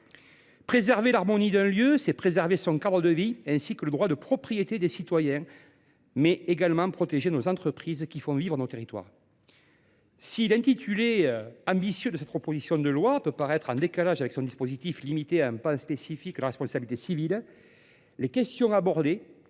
Préserver l’harmonie d’un lieu signifie non seulement préserver le cadre de vie et le droit de propriété des citoyens, mais également protéger nos entreprises, qui font vivre nos territoires. Si l’intitulé ambitieux de cette proposition de loi peut paraître en décalage avec son dispositif, qui se limite à un pan spécifique de la responsabilité civile, les questions abordées